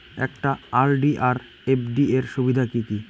একটা আর.ডি আর এফ.ডি এর সুবিধা কি কি?